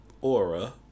Aura